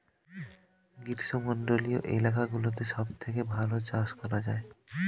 গ্রীষ্মমণ্ডলীয় এলাকাগুলোতে সবথেকে ভালো চাষ করা যায়